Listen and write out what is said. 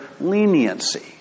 leniency